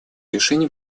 решения